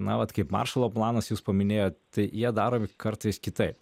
na vat kaip maršalo planas jūs paminėjot tai jie daromi kartais kitaip